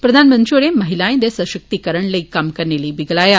प्रधानमंत्री होरें महिलाएं दे सशिक्तकरण लेई कम्म करने लेई गलाया